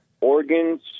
organs